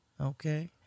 okay